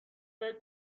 فکر